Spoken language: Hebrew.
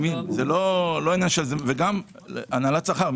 וגם הלנת שכר,